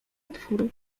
otwór